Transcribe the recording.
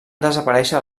desaparèixer